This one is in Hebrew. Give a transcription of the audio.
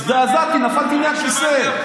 הזדעזעתי, נפלתי מהכיסא.